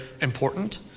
important